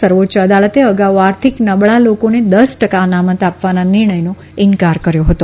સર્વોચ્ય અદાલતે અગાઉ આર્થિક નબળા લોકોને દસ ટકા અનામત આપવાના નિર્ણયનો ઈન્કાર કર્યો હતો